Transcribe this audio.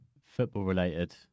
football-related